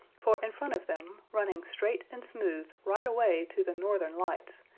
for in front of them, running straight and smooth right away to the northern lights,